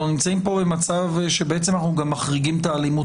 אנחנו נמצאים כאן במצב שאנחנו מחריגים גם את האלימות